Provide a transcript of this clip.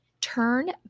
turn